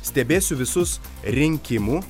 stebėsiu visus rinkimų